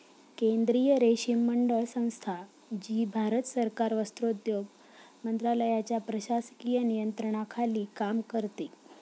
केंद्रीय रेशीम मंडळ संस्था, जी भारत सरकार वस्त्रोद्योग मंत्रालयाच्या प्रशासकीय नियंत्रणाखाली काम करते